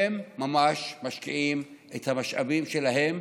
הם ממש משקיעים את המשאבים שלהם,